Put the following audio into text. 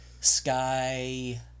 sky